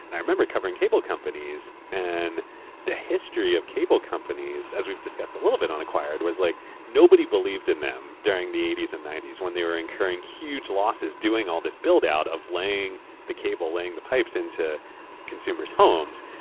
and i remember covering cable companies and the history of cable companies, as weaeurve discussed a little bit on acquired, was like nobody believed in them during the eighty s and ninety s when they were incurring huge losses doing all this build out of laying the cable, laying the pipes into consumeraeurs homes,